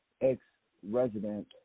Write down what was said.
ex-resident